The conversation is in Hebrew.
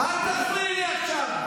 אל תפריעי לי עכשיו.